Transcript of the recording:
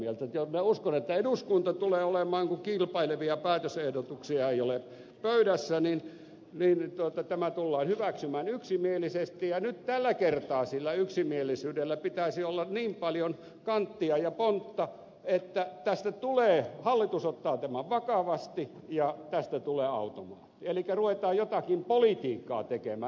minä uskon että eduskunnassa tämä tullaan kun kilpailevia päätösehdotuksia ei ole kaanaassa niin meille jotta tämä pöydässä hyväksymään yksimielisesti ja nyt tällä kertaa sillä yksimielisyydellä pitäisi olla niin paljon kanttia ja pontta että hallitus ottaa tämän vakavasti ja tästä tulee automaatti elikkä ruvetaan jotakin politiikkaa tekemään